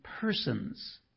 persons